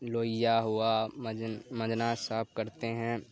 لوہیا ہوا منجنا صاف کرتے ہیں